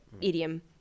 idiom